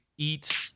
eat